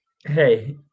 Hey